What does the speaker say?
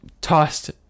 tossed